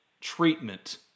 treatment